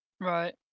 Right